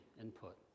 input